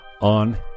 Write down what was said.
On